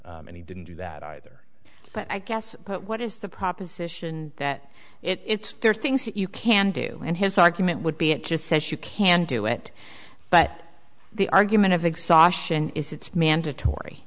limb and he didn't do that either but i guess what is the proposition that it's there are things that you can do and his argument would be it just says you can do it but the argument of exhaustion is it's mandatory